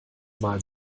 mal